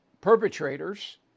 perpetrators